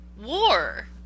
war